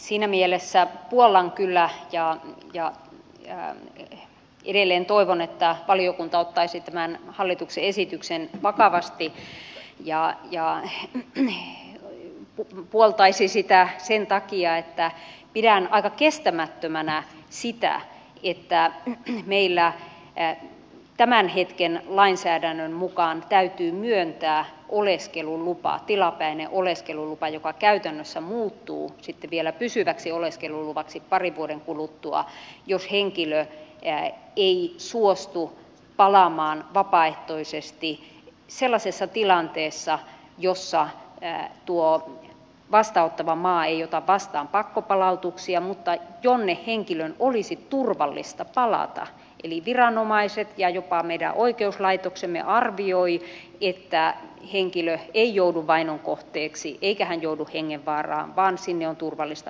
siinä mielessä puollan kyllä ja edelleen toivon että valiokunta ottaisi tämän hallituksen esityksen vakavasti ja puoltaisi sitä sen takia että pidän aika kestämättömänä sitä että meillä tämän hetken lainsäädännön mukaan täytyy myöntää tilapäinen oleskelulupa joka käytännössä muuttuu sitten vielä pysyväksi oleskeluluvaksi parin vuoden kuluttua jos henkilö ei suostu palaamaan vapaaehtoisesti sellaisessa tilanteessa jossa tuo vastaanottava maa ei ota vastaan pakkopalautuksia mutta sinne henkilön olisi turvallista palata eli viranomaiset ja jopa meidän oikeuslaitoksemme arvioivat että henkilö ei joudu vainon kohteeksi eikä hän joudu hengenvaaraan vaan sinne on turvallista palata